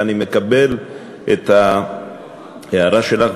ואני מקבל את ההערה שלך,